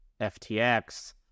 FTX